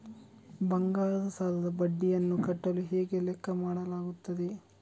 ಬಂಗಾರದ ಸಾಲದ ಬಡ್ಡಿಯನ್ನು ಕಟ್ಟಲು ಹೇಗೆ ಲೆಕ್ಕ ಮಾಡಲಾಗುತ್ತದೆ?